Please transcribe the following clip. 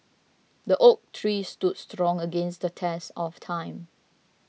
the oak tree stood strong against the test of time